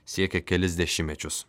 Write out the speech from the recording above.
siekia kelis dešimtmečius